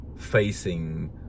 facing